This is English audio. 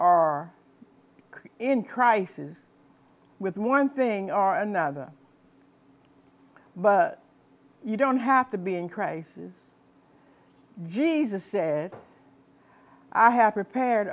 are in crisis with one thing or another but you don't have to be in crisis jesus said i have prepared